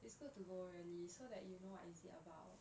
it's good to go really so that you know what is it about